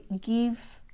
give